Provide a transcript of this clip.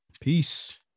peace